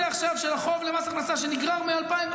עכשיו של החוב למס הכנסה שנגרר מ-2000,